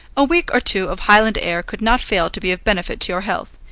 a week or two of highland air could not fail to be of benefit to your health,